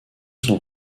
sont